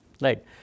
right